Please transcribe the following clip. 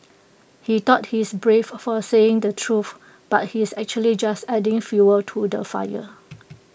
he thought he's brave for saying the truth but he's actually just adding fuel to the fire